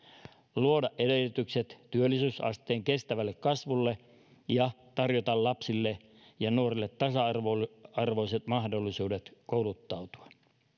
luoda edellytykset työllisyysasteen kestävälle kasvulle ja tarjota lapsille ja nuorille tasa arvoiset mahdollisuudet kouluttautua